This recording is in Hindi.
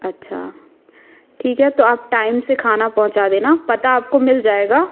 अच्छा ठीक है तो आप टाइम से खाना पहुंचा देना पता आपको मिल जाएगा